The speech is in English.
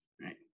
right